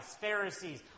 Pharisees